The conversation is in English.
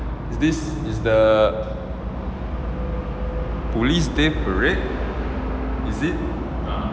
is this is the police day parade is it